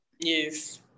Yes